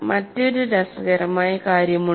മറ്റൊരു രസകരമായ കാര്യമുണ്ട്